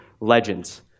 legends